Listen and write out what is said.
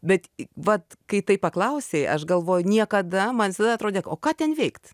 bet vat kai taip paklausei aš galvojau niekada man visada atrodė ką ten veikt